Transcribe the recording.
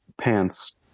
pants